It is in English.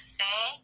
say